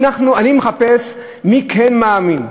אני מחפש מי כן מאמין.